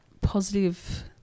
positive